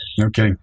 okay